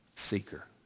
seeker